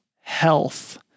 health